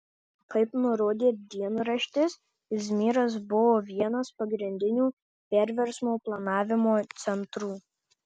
kaip nurodė dienraštis izmyras buvo vienas pagrindinių perversmo planavimo centrų